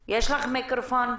מיקרופון.